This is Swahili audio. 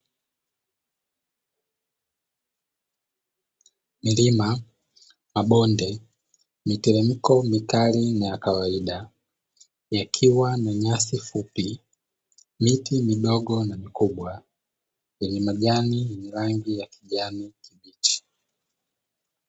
Milima, mabonde yenye mteremko mikali na ya kawaida yakiwa na nyasi fupi, miti midogo na mikubwa yenye majani ya rangi ya kijani kibichi.